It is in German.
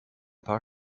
paar